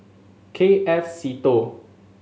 K F Seetoh